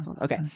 okay